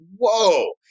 whoa